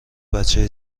بچه